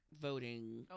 voting